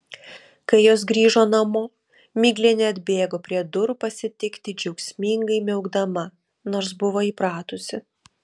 kai jos grįžo namo miglė neatbėgo prie durų pasitikti džiaugsmingai miaukdama nors buvo įpratusi